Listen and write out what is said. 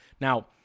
Now